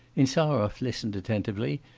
insarov listened attentively,